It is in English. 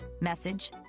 Message